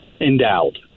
endowed